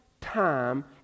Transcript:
time